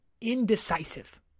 indecisive